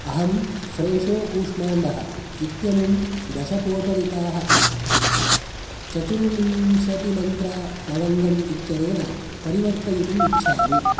अहं फ़्रेशो कूष्माण्डः इत्यमुं दश पोटलिकाः चतुर्विंशतिमन्त्रालवङ्गम् इत्यनेन परिवर्तयितुम् इच्छामि